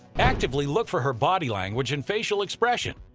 actively look for her body language and facial expression.